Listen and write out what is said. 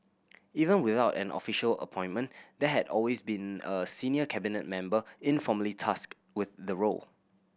even without an official appointment there had always been a senior Cabinet member informally tasked with the role